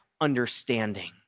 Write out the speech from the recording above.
understanding